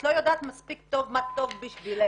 את לא יודעת מספיק טוב מה טוב בשבילך.